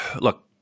look